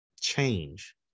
Change